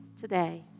today